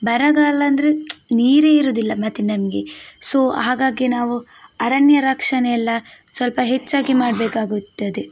ಬರಗಾಲ ಅಂದರೆ ನೀರೇ ಇರುವುದಿಲ್ಲ ಮತ್ತೆ ನಮಗೆ ಸೊ ಹಾಗಾಗಿ ನಾವು ಅರಣ್ಯ ರಕ್ಷಣೆ ಎಲ್ಲ ಸ್ವಲ್ಪ ಹೆಚ್ಚಾಗಿ ಮಾಡಬೇಕಾಗುತ್ತದೆ